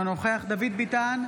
אינו נוכח דוד ביטן,